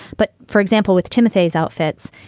but for example, with timothy's outfits,